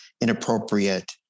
inappropriate